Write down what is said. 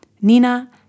nina